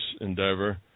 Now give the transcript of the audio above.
endeavor